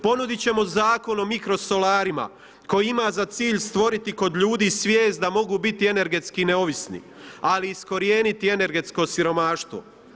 Ponudit ćemo zakon o mikrosolarima koji ima za cilj stvoriti kod ljudi vijest da mogu biti energetski neovisni ali i iskorijeniti energetsko siromaštvo.